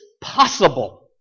possible